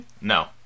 No